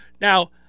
Now